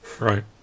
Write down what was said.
right